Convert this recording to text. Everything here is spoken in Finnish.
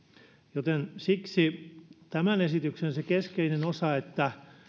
joten siksi tämän esityksen keskeinen osa on että